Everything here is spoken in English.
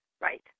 Right